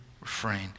refrain